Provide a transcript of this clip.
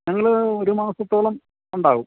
ഞങ്ങൾ ഒരു മാസത്തോളം ഉണ്ടാകും